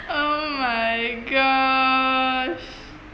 oh my gosh